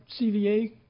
CVA